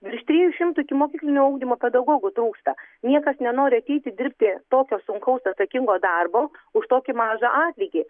virš trijų šimtų ikimokyklinio ugdymo pedagogų trūksta niekas nenori ateiti dirbti tokio sunkaus atsakingo darbo už tokį mažą atlygį